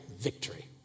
victory